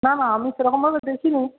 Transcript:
না না আমি সেরকমভাবে দেখিনি